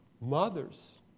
mothers